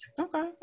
Okay